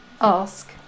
ask